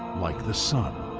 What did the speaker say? like the sun,